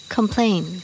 Complain